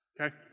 okay